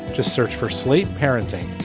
just search for sleep parenting.